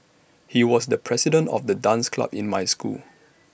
he was the president of the dance club in my school